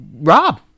Rob